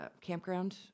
campground